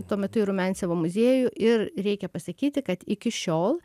tuo metu į rumiancevo muziejų ir reikia pasakyti kad iki šiol